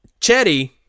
Chetty